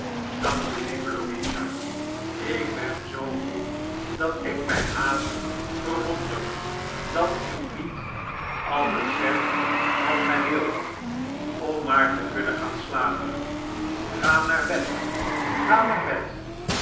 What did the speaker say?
dank u lieve louisa ik ben zoo moe dat ik mij haast verwonder dat ik niet alles zeg wat gij wilt om maar te kunnen gaan slapen ga naar bed ga naar bed